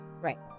Right